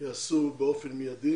ייעשו באופן מיידי